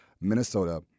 Minnesota